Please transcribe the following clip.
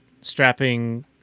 strapping